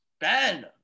Ben